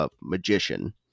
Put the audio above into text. magician